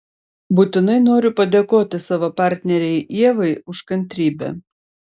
būtinai noriu padėkoti savo partnerei ievai už kantrybę